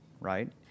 right